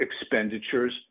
expenditures